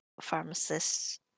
pharmacists